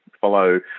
follow